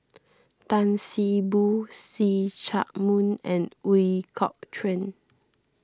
Tan See Boo See Chak Mun and Ooi Kok Chuen